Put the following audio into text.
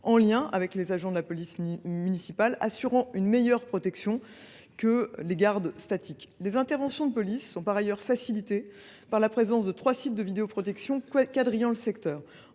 en lien avec les agents de la police municipale ; ces rondes assurent une meilleure protection que les gardes statiques. Les interventions de police sont par ailleurs facilitées par la présence de trois sites de vidéoprotection quadrillant le secteur.